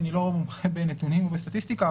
אני לא מומחה בנתונים ובסטטיסטיקה,